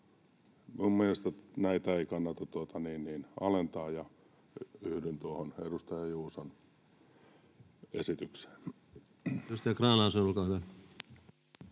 Minun mielestäni näitä ei kannata alentaa, ja yhdyn tuohon edustaja Juuson esitykseen.